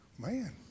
Man